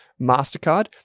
MasterCard